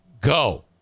Go